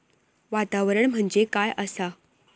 वातावरण म्हणजे काय आसा?